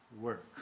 work